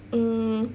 mm